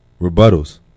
rebuttals